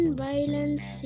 violence